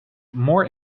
more